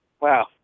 Wow